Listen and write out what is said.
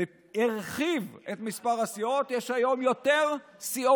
זה הרחיב את מספר הסיעות, יש היום יותר סיעות.